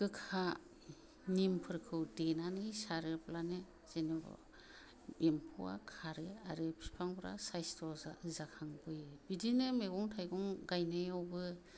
गोखा निमफोरखौ देनानै सारोब्लानो जेन'बा एम्फौआ खारो आरो बिफांफ्रा साइसथ' जाखांबोयो बिदिनो मैगं थाइगं गायनायावबो